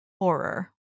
horror